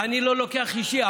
אני לא לוקח אישי.